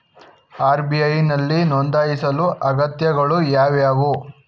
RBI ನಲ್ಲಿ ನೊಂದಾಯಿಸಲು ಅಗತ್ಯತೆಗಳು ಯಾವುವು?